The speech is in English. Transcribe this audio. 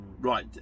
Right